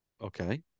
Okay